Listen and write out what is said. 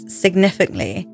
significantly